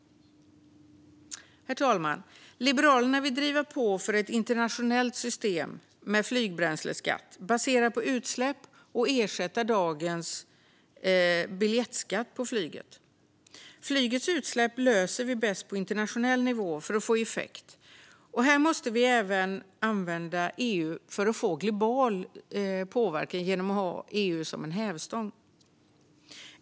Herr talman! Liberalerna vill driva på för ett internationellt system med en flygbränsleskatt baserad på utsläpp och ersätta dagens biljettskatt på flyget. Flygets utsläpp löser vi bäst på internationell nivå för att få effekt. För att få global påverkan måste vi använda EU som en hävstång.